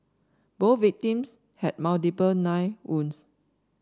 both victims had multiple knife wounds